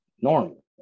normal